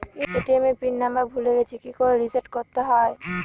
ATM pin number ভুলে গেছি কি করে রিসেট করতে হয়?